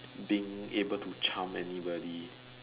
being able to charm anybody